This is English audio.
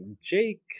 Jake